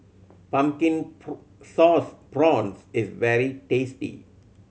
Pumpkin Sauce Prawns is very tasty